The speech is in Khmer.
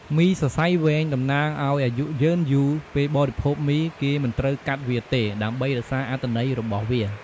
មីសសៃវែង តំណាងឱ្យអាយុយឺនយូរ ពេលបរិភោគមី គេមិនត្រូវកាត់វាទេ ដើម្បីរក្សាអត្ថន័យរបស់វា។